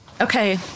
Okay